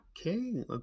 Okay